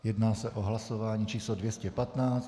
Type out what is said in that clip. Jedná se o hlasování číslo 215.